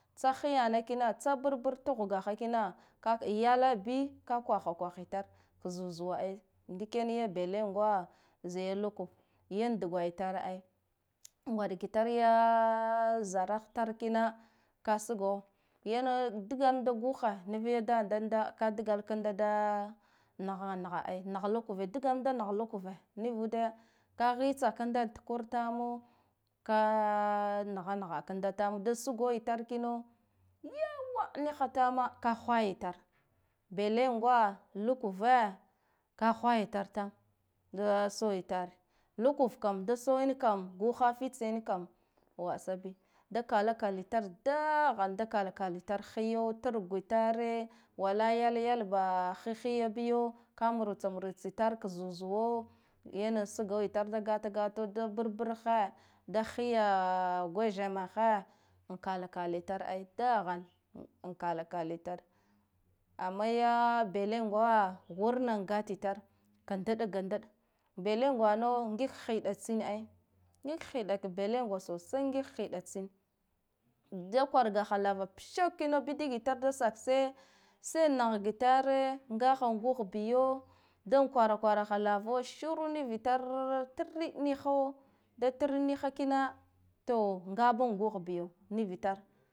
Sakyana kina tsa burbur tuhgaha kina ka yalabii ka kwahakwaha itar zuwa zuwa ai, ndik yan yi belengwa zai yilukuve yan dugwayatar ai ngwaɗga itar ya zara htar kina ka sugo yane dagamda guho naviyi dadanda ka dagala kanda da nahanaha ai nah lukuve dagala da nah lukuve nuvude ka hitsa kanda ta kur tamo ka naha naha kamda tamo da sugo itar kino yawwa niha tama ka hwaya itar belengwa, lukuve ka hwaya tar tama da soyitar lukuv kam da soyin kam guha fitsa yankam wasa bii da kalakala itar dahane da kala kala itar hiyo durgitare wala yal yal ba hit ya biyo ka nhuru tsar huru tsa tare ka zuwa zuwa yane sugo itar da gata gato da burburhe dahiya gwethemahe, kala kala itar ai. Amma ya belengwa wurna gata itar ka ndaɗga ndaɗ belengwan ngiga hiɗa ai tsin ngiga hiɗa ka belengwa sosai ngiga hiɗa tsin. Da kwargaha lava pohew kino bdigitar da sakse sai mahga itare ngaha an guh biyo da kwaraha kwara lavo shuru ni tare triɗ niho da trid niha kina to ka ga guh biyo nivitar.